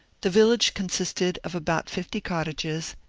the village consisted of about fifty cottages,